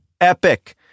epic